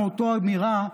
עם אותה אמירה,